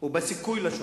ובסיכוי לשלום.